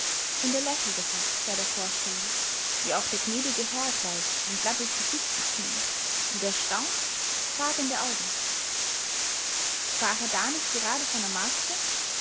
und er lächelte fast bei der vorstellung wie auch der gnädige herr gleich ein glattes gesicht bekäme und erstaunt fragende augen sprach er da nicht gerade von der marcsa